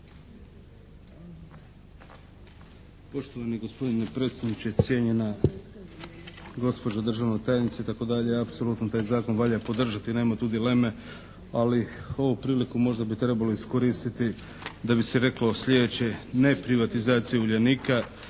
Poštovani gospodine predsjedniče! Cijenjena gospođo državna tajnice! Taj zakon valja podržati nema tu dileme ali ovu priliku možda bi trebalo iskoristiti da bi se reklo sljedeće. Neprivatizaciju "Uljanika"